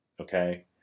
Okay